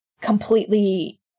completely